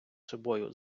собою